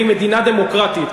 והיא מדינה דמוקרטית.